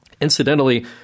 Incidentally